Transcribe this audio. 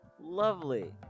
lovely